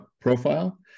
profile